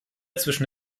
zwischen